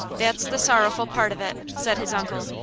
that's the sorrowful part of it, said his uncle,